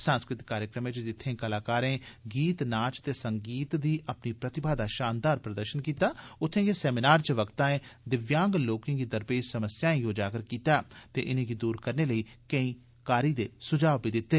सांस्कृतिक कार्यक्रम च जित्थे कलाकारें गीत नाच ते संगीत दी अपनी प्रतिभा दा शानदार प्रदर्शन कीता उत्थे गे सेमिनार च वक्ताएं दिव्यांग लोकें गी दरपेश समस्याएं गी उजागर कीता ते इनेगी दूर करने लेई सुझाव बी दिते